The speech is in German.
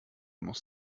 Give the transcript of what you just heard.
muss